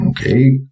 okay